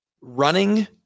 running